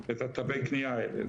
את תווי הקנייה האלה.